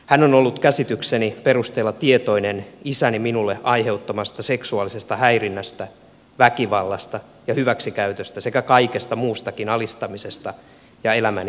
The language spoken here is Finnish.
hän on ollut käsitykseni perusteella tietoinen isäni minulle aiheuttamasta seksuaalisesta häirinnästä väkivallasta ja hyväksikäytöstä sekä kaikesta muustakin alistamisesta ja elämäni hallitsemisesta